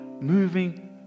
moving